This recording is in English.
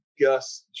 Gus